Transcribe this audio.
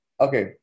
Okay